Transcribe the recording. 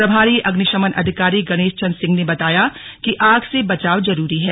प्रभारी अग्निशमन अधिकारी गणेश चंद्र सिंह ने बताया कि आग से बचाव जरूरी है